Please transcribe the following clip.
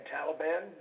Taliban